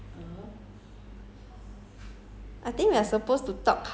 it's not they buy lah I think they sign contract with them